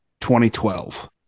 2012